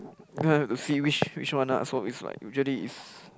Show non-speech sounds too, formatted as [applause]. [noise] have to see which which one ah so it's like usually is